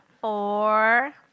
four